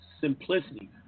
simplicity